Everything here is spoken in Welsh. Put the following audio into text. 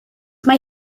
mae